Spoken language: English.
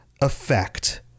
effect